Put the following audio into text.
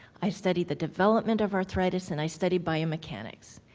i studied the development of arthritis, and i studied biomechanics.